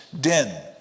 den